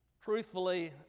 Truthfully